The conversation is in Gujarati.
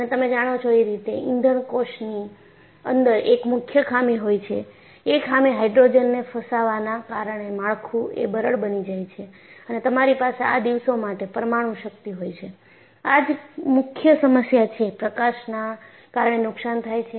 અને તમે જાણો છો એ રીતે ઇંધણ કોષ ની અંદર એક મુખ્ય ખામી હોય છે એ ખામી હાઇડ્રોજનને ફસાવાના કારણે માળખું એ બરડ બની જાય છે અને તમારી પાસે આ દિવસો માટે પરમાણુ શક્તિ હોય છે આ જ મુખ્ય સમસ્યા છે પ્રકાશના કારણે નુકસાન થાય છે